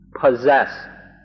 possess